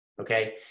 okay